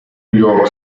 york